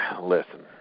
listen